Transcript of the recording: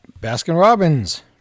Baskin-Robbins